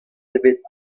ebet